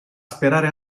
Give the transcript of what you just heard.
sperare